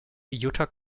jutta